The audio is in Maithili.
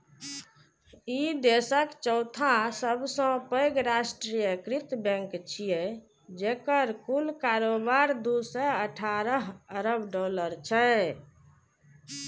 ई देशक चौथा सबसं पैघ राष्ट्रीयकृत बैंक छियै, जेकर कुल कारोबार दू सय अठारह अरब डॉलर छै